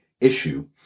issue